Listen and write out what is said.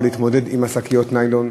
כדי להתמודד עם בעיית שקיות הניילון?